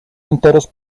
enteros